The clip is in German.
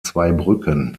zweibrücken